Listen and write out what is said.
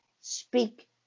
speak